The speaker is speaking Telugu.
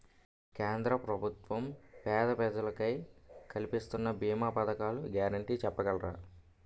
కేంద్ర ప్రభుత్వం పేద ప్రజలకై కలిపిస్తున్న భీమా పథకాల గ్యారంటీ చెప్పగలరా?